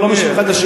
מה את מתווכחת אתי?